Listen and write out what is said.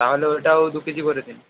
তাহলে ওটাও দুকেজি করে দিন